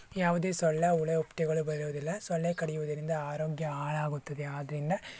ಯಾವುದೇ ಸೊಳ್ಳೆ ಹುಳ ಹುಪ್ಪಟೆಗಳು ಬರೋದಿಲ್ಲ ಸೊಳ್ಳೆ ಕಡಿಯುವುದರಿಂದ ಆರೋಗ್ಯ ಹಾಳಾಗುತ್ತದೆ ಆದ್ದರಿಂದ